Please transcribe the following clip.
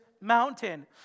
mountain